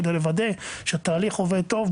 כדי לוודא שהתהליך עובד טוב,